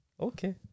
Okay